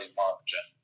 margin